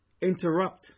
interrupt